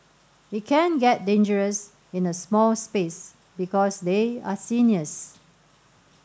it can get dangerous in a small space because they are seniors